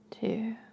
two